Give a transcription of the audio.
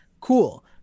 cool